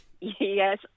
Yes